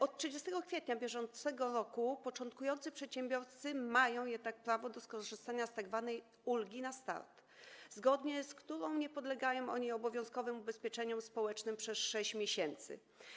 Od 30 kwietnia br. początkujący przedsiębiorcy mają jednak prawo do skorzystania z tzw. ulgi na start, zgodnie z którą nie podlegają oni obowiązkowym ubezpieczeniom społecznym przez 6 miesięcy.